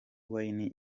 wine